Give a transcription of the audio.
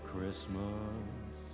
Christmas